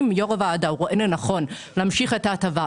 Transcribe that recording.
אם יו"ר הוועדה רואה לנכון להמשיך את ההטבה,